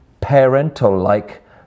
parental-like